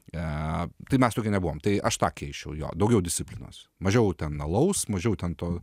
tai mes tokie nebuvom tai aš pakeičiau jo daugiau disciplinos mažiau ten alaus mažiau ten to